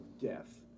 death